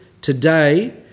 today